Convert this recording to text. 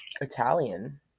Italian